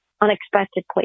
unexpectedly